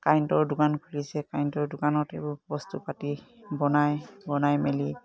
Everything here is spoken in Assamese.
কাৰেণ্টৰ দোকান খুলিছে কাৰেণ্টৰ দোকানত এইবোৰ বস্তু পাতি বনাই বনাই মেলি